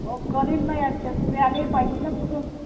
हो करीन ना ॲडजस्ट मिळालेही पाहिजे ना कुठून